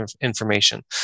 information